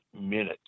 minute